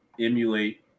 emulate